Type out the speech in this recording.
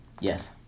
yes